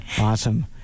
Awesome